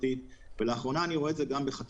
כלומר לכאורה השתנו החוקים.